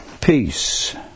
Peace